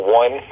one